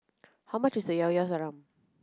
how much is Llao Llao Sanum